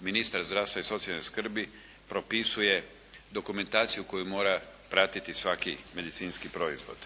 ministar zdravstva i socijalne skrbi propisuje dokumentaciju koju mora pratiti svaki medicinski proizvod.